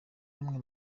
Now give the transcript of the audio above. rumwe